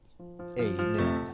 Amen